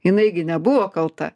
jinai gi nebuvo kalta